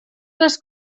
les